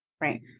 right